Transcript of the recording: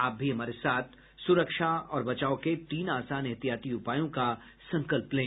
आप भी हमारे साथ सुरक्षा और बचाव के तीन आसान एहतियाती उपायों का संकल्प लें